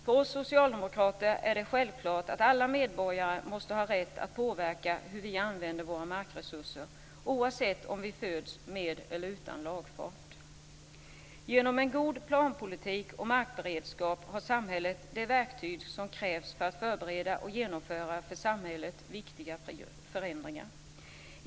För oss socialdemokrater är det självklart att alla medborgare måste ha rätt att påverka hur vi använder våra markresurser, oavsett om vi föds med eller utan lagfart. Genom en god planpolitik och markberedskap har samhället de verktyg som krävs för att förbereda och genomföra för samhället viktiga förändringar.